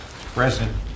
President